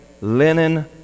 linen